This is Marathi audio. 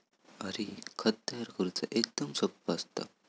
हरी, खत तयार करुचा एकदम सोप्पा असता